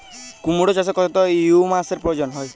কুড়মো চাষে কত হিউমাসের প্রয়োজন?